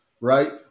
Right